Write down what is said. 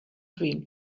dream